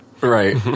right